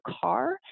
car